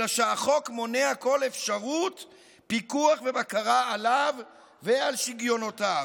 אלא שהחוק מונע כל אפשרות פיקוח ובקרה עליו ועל שיגיונותיו.